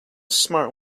smart